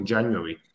January